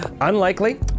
Unlikely